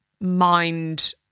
mind